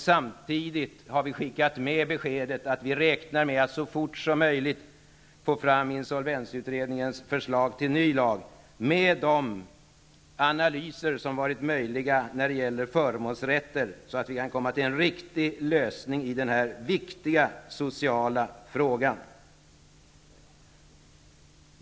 Samtidigt har vi skickat med beskedet att vi räknar med att så fort som möjligt få fram insolvensutredningens förslag till ny lag med de analyser som varit möjliga när det gäller förmånsrätter. Det gäller ju att kunna komma fram till en riktig lösning i denna viktiga sociala fråga.